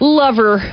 lover